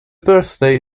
birthday